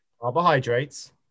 carbohydrates